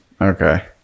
Okay